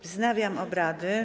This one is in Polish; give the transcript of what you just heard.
Wznawiam obrady.